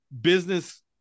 business